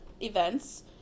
events